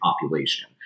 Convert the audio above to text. population